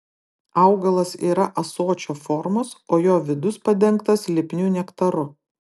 augalas yra ąsočio formos o jo vidus padengtas lipniu nektaru